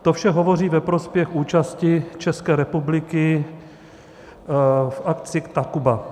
To vše hovoří ve prospěch účasti České republiky v akci Takuba.